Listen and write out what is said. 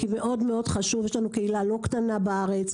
זה מאוד חשוב כי יש קהילה לא קטנה בארץ,